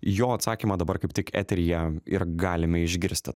jo atsakymą dabar kaip tik eteryje ir galime išgirsti